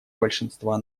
большинства